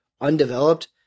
undeveloped